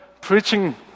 preaching